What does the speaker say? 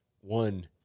one